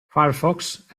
firefox